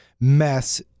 mess